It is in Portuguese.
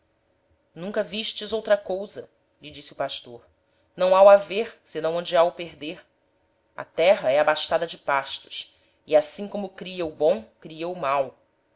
nunca vistes outra cousa lhe disse o pastor não ha o haver senão onde ha o perder a terra é abastada de pastos e assim como cria o bom cria o mau